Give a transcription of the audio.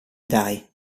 die